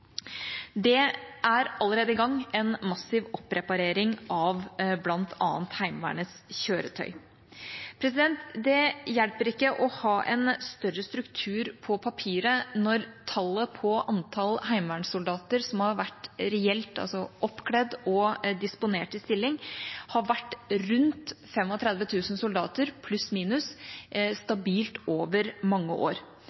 Det er allerede i gang en massiv oppreparering av bl.a. Heimevernets kjøretøy. Det hjelper ikke å ha en større struktur på papiret når antall heimevernssoldater som har vært reelt oppkledd og disponert i stilling, har vært rundt 35 000 soldater,